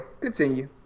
Continue